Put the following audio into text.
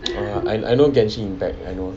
orh I know gentian impact I know